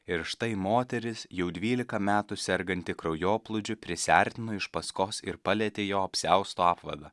ir štai moteris jau dvylika metų serganti kraujoplūdžiu prisiartino iš paskos ir palietė jo apsiausto apvadą